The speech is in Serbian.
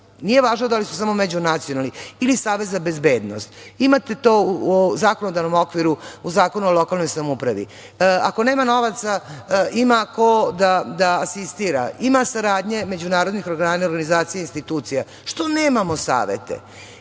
Nije važno da li su samo međunacionalni ili savet za bezbednost. Imate to u zakonodavnom okviru, u Zakonu o lokalnoj samoupravi. Ako nema novaca, ima ko da asistira, ima saradnje međunarodnih organa, organizacija i institucija, što nemamo savete?